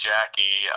Jackie